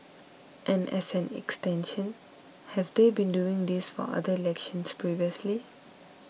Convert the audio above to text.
and as an extension have they been doing this for other elections previously